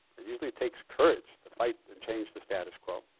it usually takes courage to fight and change the status quo.